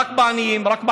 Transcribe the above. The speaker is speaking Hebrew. רק בעניים, רק בחלשים,